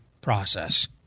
process